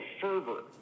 fervor